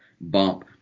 bump